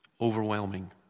overwhelming